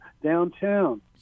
downtown